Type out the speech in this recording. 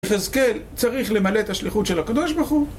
יחזקאל צריך למלא את השליחות של הקדוש בחור